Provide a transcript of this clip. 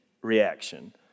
reaction